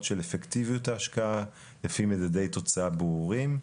של אפקטיביות ההשקעה על פי מדדי תוצאה ברורים,